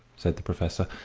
said the professor.